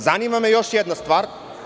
Zanima me još jedna stvar.